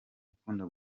ukunda